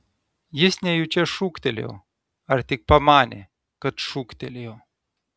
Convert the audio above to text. jis nejučia šūktelėjo ar tik pamanė kad šūktelėjo